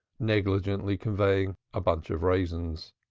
negligently conveying a bunch of raisins.